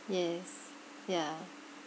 yes ya